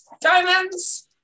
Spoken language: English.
diamonds